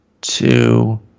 two